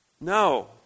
No